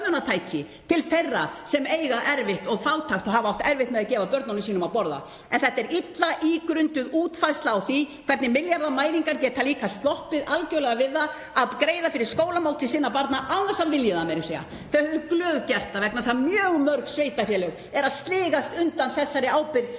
til þeirra sem eiga erfitt og eru fátæk og hafa átt erfitt með að gefa börnunum sínum að borða en þetta er illa ígrunduð útfærsla því að milljarðamæringar geta líka sloppið algerlega við að greiða fyrir skólamáltíðir sinna barna án þess að vilja það meira að segja. Þau hefðu glöð gert það. Mjög mörg sveitarfélög eru að sligast undan þessari ábyrgð